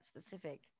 specific